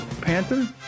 Panther